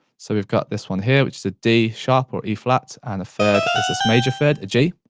so we've got this one here, which is a d sharp or e flat, and a third, is this major third, a g.